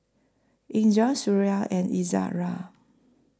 Indra Suria and Izzara